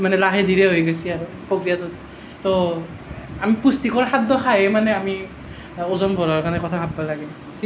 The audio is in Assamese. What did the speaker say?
মানে লাহে ধীৰে হৈ গৈছে আৰু প্ৰক্ৰিয়াটোত ত' আমি পুষ্টিকৰ খাদ্য খাইহে মানে আমি ওজন বঢ়োৱাৰ কাৰণে কথা ভাবিব লাগে